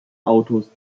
autos